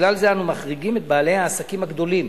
מכלל זה אנו מחריגים את בעלי העסקים הגדולים,